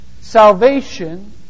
Salvation